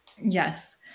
Yes